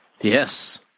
Yes